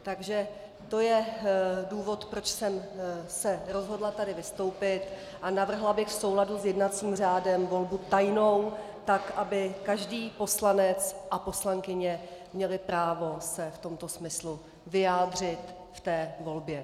Takže to je důvod, proč jsem se rozhodla tady vystoupit a navrhla bych v souladu s jednacím řádem volbu tajnou tak, aby každý poslanec a poslankyně měli právo se v tomto smyslu vyjádřit v té volbě.